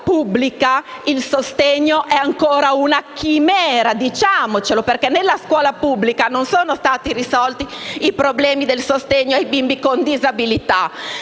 nella scuola pubblica il sostegno è ancora una chimera. Nella scuola pubblica, infatti, non sono stati risolti i problemi del sostegno ai bimbi con disabilità.